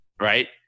right